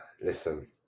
listen